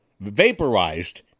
vaporized